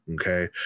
okay